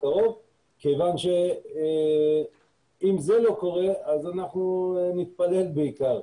כיוון שאם זה לא קורה, אז אנחנו נתפלל בעיקר.